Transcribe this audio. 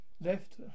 Left